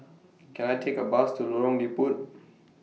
Can I Take A Bus to Lorong Liput